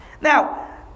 Now